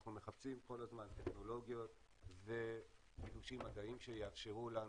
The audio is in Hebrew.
אנחנו מחפשים כל הזמן טכנולוגיות וחידושים מדעיים שיאפשרו לנו